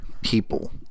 people